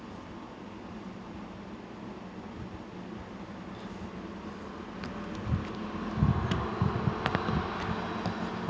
uh